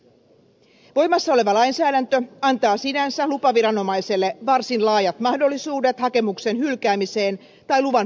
voimassa oleva lainsäädäntö antaa sinänsä lupaviranomaiselle varsin laajat mahdollisuudet hakemuksen hylkäämiseen tai luvan peruuttamiseen